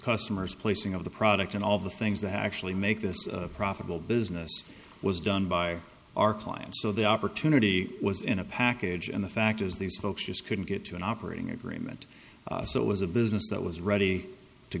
customers placing of the product and all the things that actually make this profitable business was done by our clients so the opportunity was in a package and the fact is these folks just couldn't get to an operating agreement so it was a business that was ready to